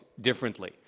differently